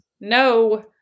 No